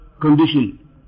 condition